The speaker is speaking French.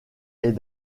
est